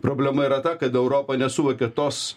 problema yra ta kad europa nesuvokia tos